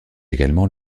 également